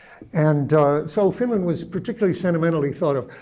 and so finland was particularly sentimentally thought of.